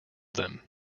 them